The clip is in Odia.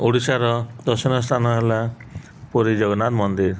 ଓଡ଼ିଶାର ଦର୍ଶନୀୟ ସ୍ଥାନ ହେଲା ପୁରୀ ଜଗନ୍ନାଥ ମନ୍ଦିର